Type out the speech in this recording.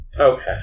Okay